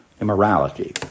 immorality